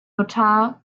notar